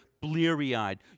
bleary-eyed